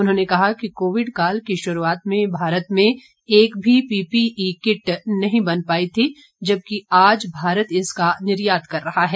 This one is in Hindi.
उन्होंने कहा कि कोविड काल की शुरूआत में भारत में एक भी पीपीई किट नहीं बन पाई थी जबकि आज भारत इसका निर्यात कर रहा है